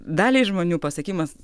daliai žmonių pasiekimas